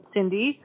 Cindy